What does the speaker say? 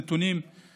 ברצוני לפרט לך,